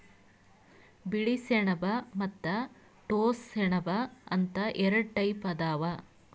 ಬಿಳಿ ಸೆಣಬ ಮತ್ತ್ ಟೋಸ್ಸ ಸೆಣಬ ಅಂತ್ ಎರಡ ಟೈಪ್ ಅದಾವ್